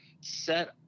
set